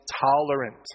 tolerant